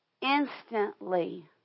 Instantly